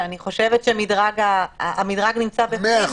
שאני חושבת שהמדרג נמצא בפנים.